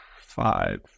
five